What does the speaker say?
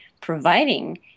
providing